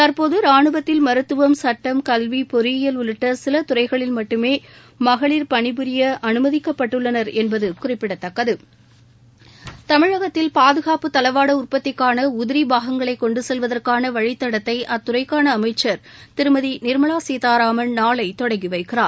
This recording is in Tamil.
தற்போது ராணுவத்தில் மருத்துவம் சுட்டம் கல்வி பொறியியல் உள்ளிட்ட சில துறைகளில் மட்டுமே மகளிர் பணிபுரிய அனுமதிக்கப்பட்டுள்ளனர் என்பது குறிப்பிடத்தக்கது தமிழகத்தில் பாதுகாப்பு தளவாட உற்பத்திக்காள உதிரி பாகங்களை கொண்டு செல்வதற்காள வழிதடத்தை அத்துறைக்கான அமைச்சர் திருமதி நிர்மலா சீதாராமன் நாளை தொடங்கி வைக்கிறார்